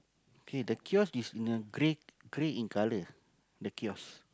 okay the kiosk is in a grey grey in colour the kiosk